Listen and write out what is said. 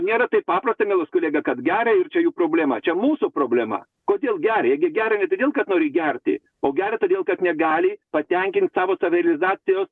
nėra taip paprasta mielas kolega kad geria ir čia jų problema čia mūsų problema kodėl geria jie gi geria ne todėl kad nori gerti o geria todėl kad negali patenkint savo savirealizacijos